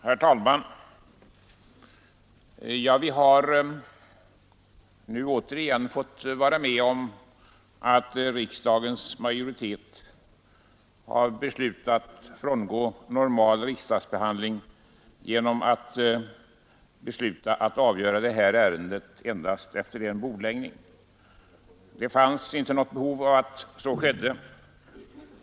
Herr talman! Vi har nu återigen fått vara med om att riksdagens majoritet frångått normal riksdagsbehandling genom att besluta att avgöra det här ärendet efter endast en bordläggning. Det fanns inte något behov av att så skedde.